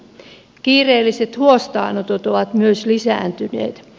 kiireelliset huostaanotot ovat myös lisääntyneet